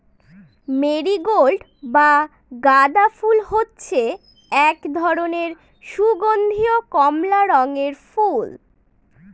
marigold বা গাঁদা ফুল হচ্ছে এক ধরনের সুগন্ধীয় কমলা রঙের ফুল